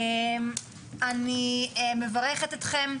אני מברכת אתכם.